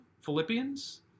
Philippians